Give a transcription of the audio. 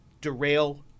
derail